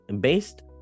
based